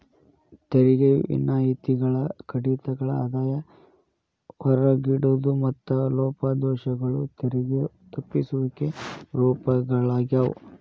ತೆರಿಗೆ ವಿನಾಯಿತಿಗಳ ಕಡಿತಗಳ ಆದಾಯ ಹೊರಗಿಡೋದು ಮತ್ತ ಲೋಪದೋಷಗಳು ತೆರಿಗೆ ತಪ್ಪಿಸುವಿಕೆ ರೂಪಗಳಾಗ್ಯಾವ